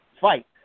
fight